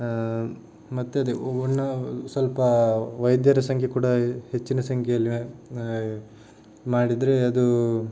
ಮತ್ತು ಅದೇ ಒಣ್ಣಾ ಸ್ವಲ್ಪ ವೈದ್ಯರ ಸಂಖ್ಯೆ ಕೂಡ ಹೆಚ್ಚಿನ ಸಂಖ್ಯೆಯಲ್ಲಿ ಮಾಡಿದರೆ ಅದೂ